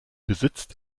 besitzt